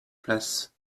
place